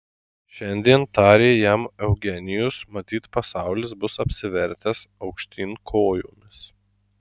šiandien tarė jam eugenijus matyt pasaulis bus apsivertęs aukštyn kojomis